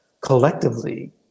collectively